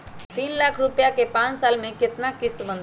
तीन लाख रुपया के पाँच साल के केतना किस्त बनतै?